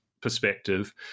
perspective